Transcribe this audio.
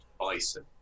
bison